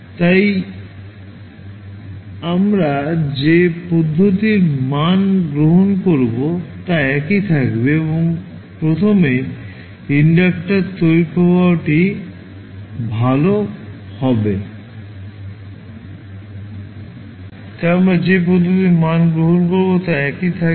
তাই আমরা যে পদ্ধতির মান গ্রহণ করব তা একই থাকবে তবে প্রথমে ইন্ডাক্টার তড়িৎ প্রবাহটি পাওয়া যাবে